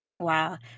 Wow